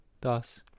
Thus